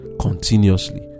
continuously